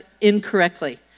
incorrectly